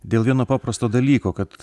dėl vieno paprasto dalyko kad